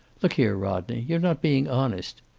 look here, rodney. you're not being honest.